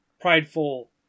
prideful